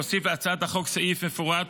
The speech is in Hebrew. להוסיף להצעת החוק סעיף מפורט